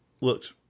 looked